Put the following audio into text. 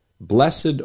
Blessed